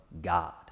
God